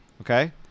Okay